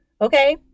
okay